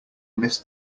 miss